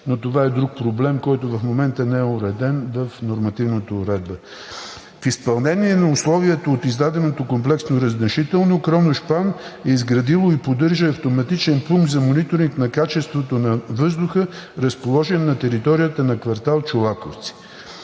но това е друг проблем, който в момента не е уреден в нормативната уредба. В изпълнение на условието от издаденото комплексно разрешително „Кроношпан“ е изградила и поддържа автоматичен пункт за мониторинг на качеството на въздуха, разположен на територията на квартал „Чолаковци“.